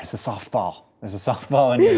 soft ball. there's a soft ball in yeah